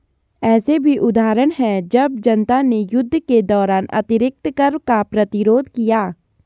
ऐसे भी उदाहरण हैं जब जनता ने युद्ध के दौरान अतिरिक्त कर का प्रतिरोध किया